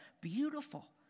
beautiful